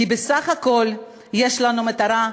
כי בסך הכול יש לנו מטרה משותפת,